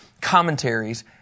commentaries